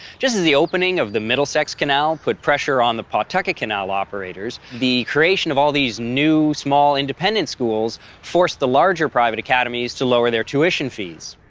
just as the opening of the middlesex canal put pressure on the pawtucket canal operators, the creation of all these new, new, small independent schools forced the larger private academies to lower their tuition fees.